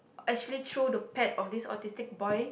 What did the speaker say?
actually threw the pet of this autistic boy